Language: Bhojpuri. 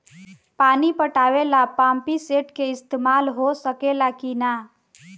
पानी पटावे ल पामपी सेट के ईसतमाल हो सकेला कि ना?